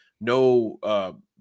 no